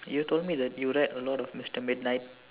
you told me that you read a lot of mister midnight